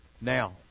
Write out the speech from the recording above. Now